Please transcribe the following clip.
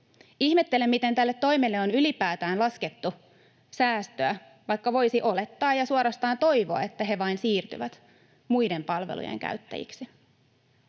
Ihmettelen, miten tälle toimelle on ylipäätään laskettu säästöä, vaikka voisi olettaa ja suorastaan toivoa, että he vain siirtyvät muiden palvelujen käyttäjiksi.